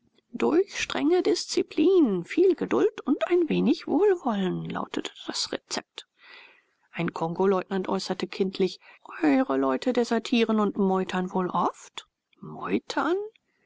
durch strenge disziplin viel geduld und ein wenig wohlwollen lautete das rezept ein kongoleutnant äußerte kindlich ihre leute desertieren und meutern wohl oft meutern